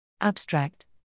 Abstract